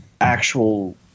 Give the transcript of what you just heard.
actual